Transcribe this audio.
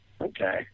Okay